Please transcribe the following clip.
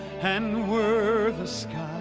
and were the skies